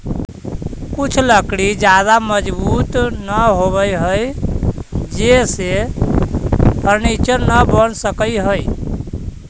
कुछ लकड़ी ज्यादा मजबूत न होवऽ हइ जेसे फर्नीचर न बन सकऽ हइ